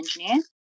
engineer